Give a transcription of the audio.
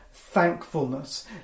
thankfulness